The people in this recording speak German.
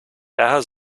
daher